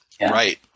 Right